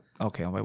okay